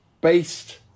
based